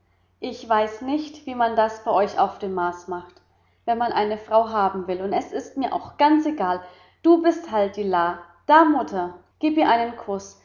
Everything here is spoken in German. ich weiß nicht wie man das bei euch auf dem mars macht wenn man eine frau haben will und es ist mir auch ganz egal und du bist halt die la da mutter gib ihr einen kuß